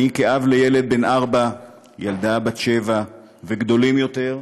אני, כאב לילד בן ארבע, ילדה בת שבע וגדולים יותר,